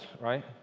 right